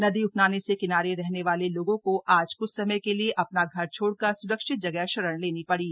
नदी उफनाने से किनारे रहने वाले लोगों को आज कुछ समय के लिए अपना घर छोड़कर स्रक्षित जगह शरण लेनी पड़ी